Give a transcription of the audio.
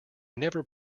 never